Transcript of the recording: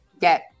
get